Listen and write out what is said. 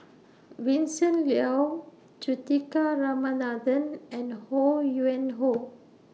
Vincent Leow Juthika Ramanathan and Ho Yuen Hoe